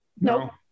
No